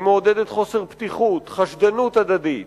היא מעודדת חוסר פתיחות, חשדנות הדדית,